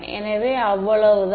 எனவே அவ்வளவுதான்